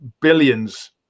billions